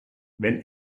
wenn